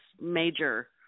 major –